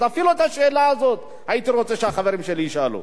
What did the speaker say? אפילו את השאלה הזאת הייתי רוצה שהחברים שלי ישאלו.